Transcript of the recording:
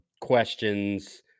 questions